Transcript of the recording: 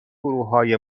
گروههای